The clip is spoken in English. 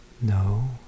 No